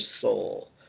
soul